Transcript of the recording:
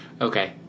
Okay